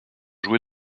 jouer